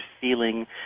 feeling